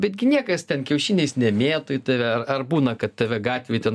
betgi niekas ten kiaušiniais nemėto į tave ar ar būna kad tave gatvėj ten